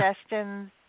suggestions